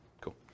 Cool